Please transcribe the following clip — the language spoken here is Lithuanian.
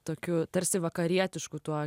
tokiu tarsi vakarietišku tuo